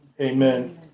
amen